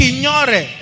Ignore